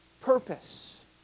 purpose